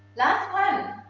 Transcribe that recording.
last one.